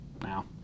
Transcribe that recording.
now